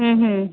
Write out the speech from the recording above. হুম হুম